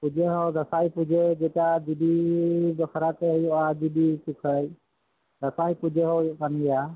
ᱯᱩᱡᱟᱹ ᱦᱚᱸ ᱫᱟᱸᱥᱟᱭ ᱯᱩᱡᱟᱹ ᱡᱮᱴᱟ ᱰᱮᱵᱤ ᱵᱟᱠᱷᱟᱨᱟ ᱛᱮ ᱦᱩᱭᱩᱜᱼᱟ ᱰᱤᱵᱤ ᱡᱩᱠᱷᱟᱹᱡ ᱫᱟᱸᱥᱟᱭ ᱯᱩᱡᱟᱹ ᱦᱚᱸ ᱦᱩᱭᱩᱜ ᱠᱟᱱ ᱜᱮᱭᱟ